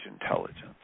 intelligence